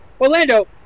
Orlando